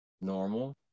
Normal